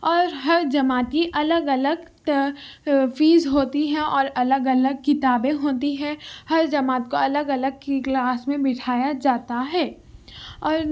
اور ہر جماعت کی الگ الگ فیس ہوتی ہے اور الگ الگ کتابیں ہوتی ہے ہر جماعت کو الگ الگ کی کلاس میں بٹھایا جاتا ہے اور